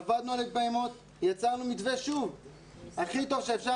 עבדנו על הפעימות, יצרנו מתווה הכי טוב שאפשר.